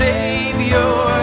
Savior